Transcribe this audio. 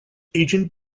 agent